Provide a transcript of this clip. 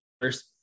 first